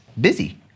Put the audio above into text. busy